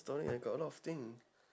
story I got a lot of thing